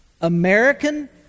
American